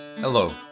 Hello